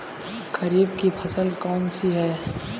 खरीफ की फसल कौन सी है?